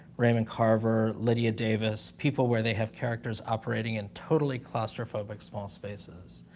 raymond carver, lydia davis, people where they have characters operating in totally claustrophobic small spaces,